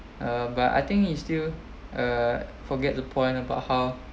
uh but I think is still uh forget the point about how